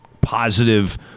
Positive